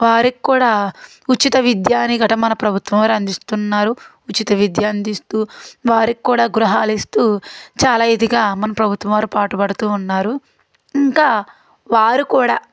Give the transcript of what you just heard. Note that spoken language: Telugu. వారు కూడా ఉచిత విద్యాని గట్రా మన ప్రభుత్వం వారు అందిస్తున్నారు ఉచిత విద్య అందిస్తూ వారు కూడా గృహాలు ఇస్తూ చాలా ఇదిగా మన ప్రభుత్వం వారు పాటుపడుతూ ఉన్నారు ఇంకా వారు కూడా